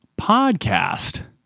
podcast